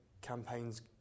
campaign's